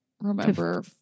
remember